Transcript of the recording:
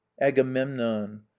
agamemnon